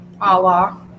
allah